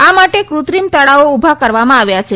આ માટે કૃત્રિમ તળાવો ઊભા કરવામાં આવ્યા છે